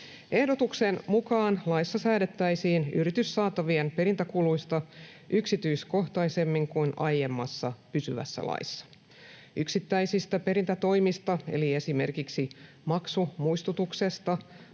Ehdotuksen mukaan laissa säädettäisiin yrityssaatavien perintäkuluista yksityiskohtaisemmin kuin aiemmassa pysyvässä laissa. Yksittäisistä perintätoimista eli esimerkiksi maksumuistutuksesta,